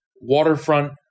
waterfront